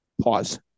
Pause